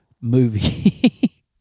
movie